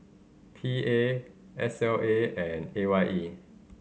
P A S L A and A Y E